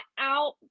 out